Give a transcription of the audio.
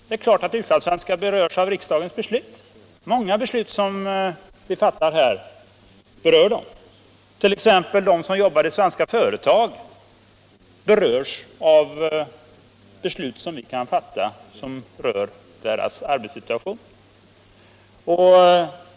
Det är klart att utlandssvenskarna berörs av riksdagens beslut! Många beslut som vi fattar berör dem. T. ex. de som jobbar i svenska företag utomlands berörs av sådana riksdagsbeslut som gäller deras arbetssituation.